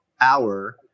hour